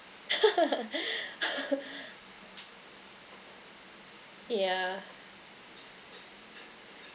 yeah